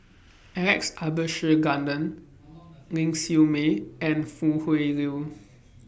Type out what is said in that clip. Alex Abisheganaden Ling Siew May and Foo Tui Liew